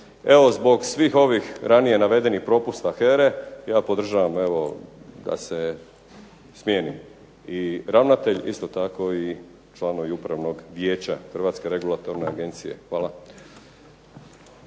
zbog svih ovih ranije navedenih propusta HERA-e ja podržavam evo da se smijeni i ravnatelj, isto tako i članovi Upravnog vijeća HERA-e. Hvala.